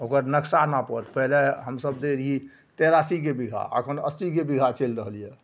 ओकर नक्शा नापत पहिले हमसभ दै रहिए तेरासीके बिगहा एखन अस्सीके बिगहा चलि रहल यऽ